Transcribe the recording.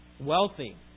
wealthy